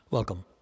Welcome